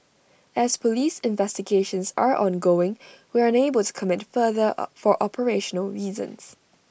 as Police investigations are ongoing we are unable to comment further for operational reasons